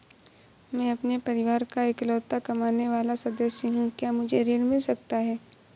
मैं अपने परिवार का इकलौता कमाने वाला सदस्य हूँ क्या मुझे ऋण मिल सकता है?